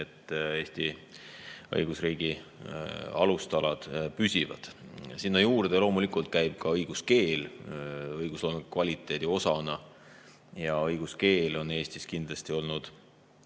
et Eesti õigusriigi alustalad püsivad. Sinna juurde käib ka õiguskeel õigusloome kvaliteedi osana. Õiguskeel on Eestis kindlasti olnud